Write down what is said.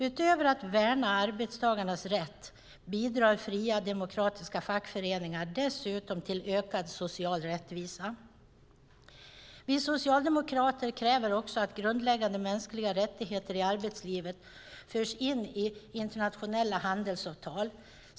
Utöver att värna arbetstagarnas rätt bidrar fria och demokratiska fackföreningar dessutom till ökad social rättvisa. Vi socialdemokrater kräver också att grundläggande mänskliga rättigheter i arbetslivet förs in i internationella handelsavtal.